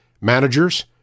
managers